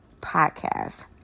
Podcast